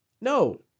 No